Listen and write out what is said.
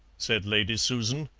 said lady susan.